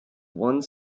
one